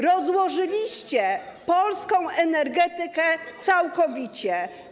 Rozłożyliście polską energetykę całkowicie.